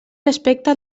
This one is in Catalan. respecta